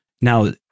Now